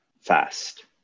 fast